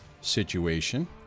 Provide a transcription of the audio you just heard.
situation